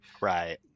Right